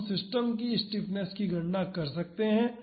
तो हम सिस्टम की स्टिफनेस की गणना कर सकते हैं